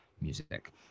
music